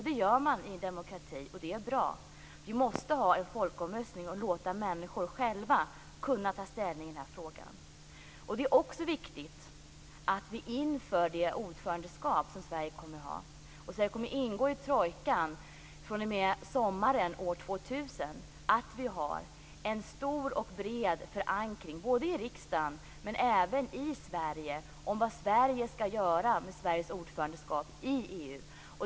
Det gör man i en demokrati, och det är bra. Vi måste genomföra en folkomröstning och låta människor själva få ta ställning i den här frågan. Det är också viktigt att vi inför det svenska ordförandeskapet, i den trojka som vi ingår i fr.o.m. år 2000, har en stor och bred förankring, både i riksdagen och i Sverige i övrigt, om vad vårt land skall göra med sitt ordförandeskap i EU.